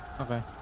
okay